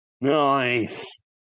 Nice